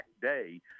day